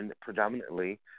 predominantly